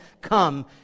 come